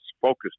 focused